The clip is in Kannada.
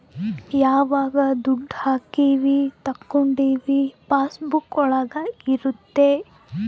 ಯಾವಾಗ ದುಡ್ಡು ಹಾಕೀವಿ ತಕ್ಕೊಂಡಿವಿ ಪಾಸ್ ಬುಕ್ ಒಳಗ ಇರುತ್ತೆ